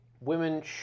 women